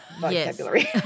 vocabulary